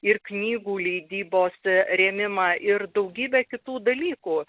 ir knygų leidybos rėmimą ir daugybę kitų dalykų